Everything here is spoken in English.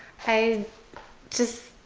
i just.